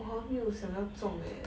我还没有想要种 leh